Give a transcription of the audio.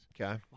Okay